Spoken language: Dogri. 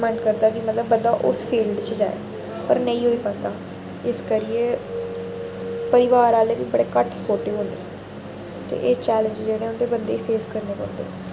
मन करदा कि मतलब बंदा उस फिल्ड बिच्च जाए पर नेईं होई पांदा इस करियै परिवार आह्ले बी बड़े घट्ट सपोटिव होंदे ते एह् चैलंजस जेह्ड़े होंदे बंदे गी फेस करने पौंदे न